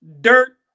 dirt